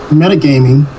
metagaming